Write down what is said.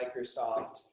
Microsoft